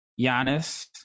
Giannis